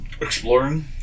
exploring